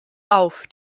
auf